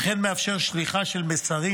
וכן מאפשר שליחה של מסרים